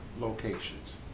locations